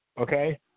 okay